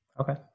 Okay